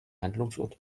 handlungsort